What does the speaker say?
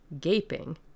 gaping